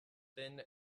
thin